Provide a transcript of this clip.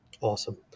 Awesome